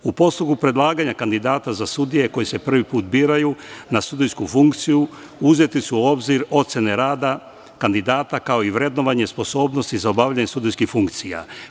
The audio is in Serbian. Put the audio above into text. U postupku predlaganja kandidata za sudije koji se prvi put biraju na sudijsku funkciju, uzeti su u obzir ocene rada kandidata, kao i vrednovanje sposobnosti za obavljanje sudijskih funkcija.